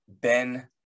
Ben